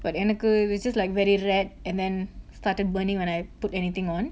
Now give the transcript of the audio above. but எனக்கு:enakku we just like very red and then started burning when I put anything on